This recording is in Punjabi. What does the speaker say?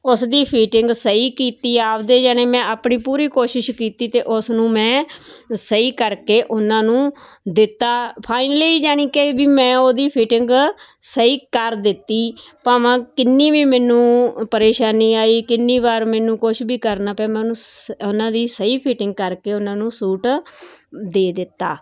ਉਸ ਦੀ ਫਿਟਿੰਗ ਸਹੀ ਕੀਤੀ ਆਪਣੇ ਜਣੇ ਮੈਂ ਆਪਣੀ ਪੂਰੀ ਕੋਸ਼ਿਸ਼ ਕੀਤੀ ਤੇਅ ਉਸ ਨੂੰ ਮੈਂ ਸਹੀ ਕਰਕੇ ਉਹਨਾਂ ਨੂੰ ਦਿੱਤਾ ਫਾਈਨਲੀ ਜਾਨੀ ਕਿ ਮੈਂ ਉਹਦੀ ਫਿਟਿੰਗ ਸਹੀ ਕਰ ਦਿੱਤੀ ਭਾਵਾਂ ਕਿੰਨੀ ਵੀ ਮੈਨੂੰ ਪਰੇਸ਼ਾਨੀ ਆਈ ਕਿੰਨੀ ਵਾਰ ਮੈਨੂੰ ਕੁਛ ਵੀ ਕਰਨਾ ਪਿਆ ਮੈਂ ਸ ਉਹਨੂੰ ਦੀ ਸਹੀ ਫਿਟਿੰਗ ਕਰਕੇ ਉਹਨਾਂ ਨੂੰ ਸੂਟ ਦੇ ਦਿੱਤਾ